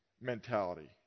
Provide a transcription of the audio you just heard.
mentality